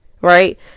Right